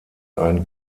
ein